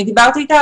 רק דיברתי אותה,